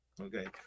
Okay